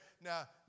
now